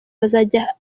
bazajya